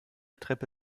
treppe